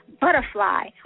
butterfly